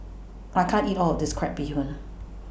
I can't eat All of This Crab Bee Hoon